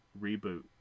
reboot